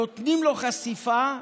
נותנים לו חשיפה,